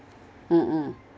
mm mm